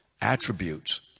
attributes